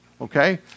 okay